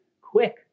quick